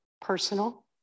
personal